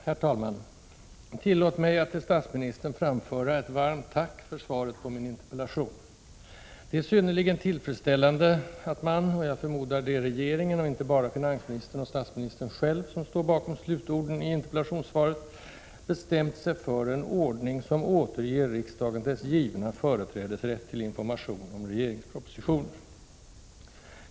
Herr talman! Tillåt mig att till statsministern framföra ett varmt tack för svaret på min interpellation. Det är synnerligen tillfredsställande att man — och jag förmodar att det är regeringen och inte bara finansministern och statsministern själv som står bakom slutorden i interpellationssvaret — bestämt sig för ”en ordning som återger riksdagen dess givna företrädesrätt till information om regeringspropositioner”.